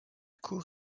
cour